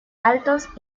altos